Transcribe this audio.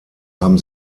haben